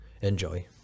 Enjoy